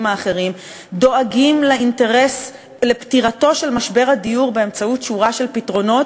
האחרים דואגים לפתירתו של משבר הדיור באמצעות שורה של פתרונות